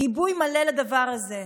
גיבוי מלא לדבר הזה.